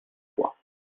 fois